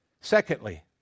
Secondly